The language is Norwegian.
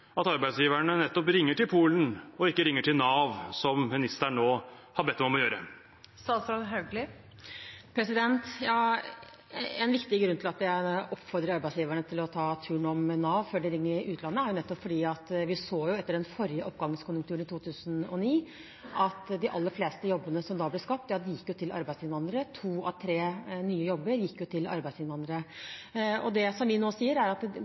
at arbeidsgiverne nettopp ringer til Polen og ikke til Nav, som ministeren nå har bedt dem om å gjøre? En viktig grunn til at jeg oppfordrer arbeidsgiverne til å ta turen om Nav før de ringer utlandet, er nettopp at vi så etter den forrige oppgangskonjunkturen i 2009 at de aller fleste jobbene som da ble besatt, gikk til arbeidsinnvandrere. To av tre nye jobber gikk til arbeidsinnvandrere. Det vi nå sier, er at